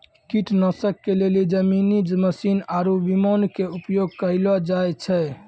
कीटनाशक के लेली जमीनी मशीन आरु विमान के उपयोग कयलो जाय छै